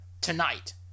tonight